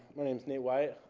my name's nate white.